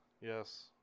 Yes